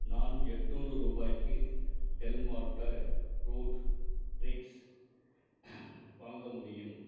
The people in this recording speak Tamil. நான் எட்நூறு ரூபாய்க்கு டெல் மாண்டே ஃப்ரூட் ட்ரிக்ஸ் வாங்க முடியும்